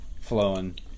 flowing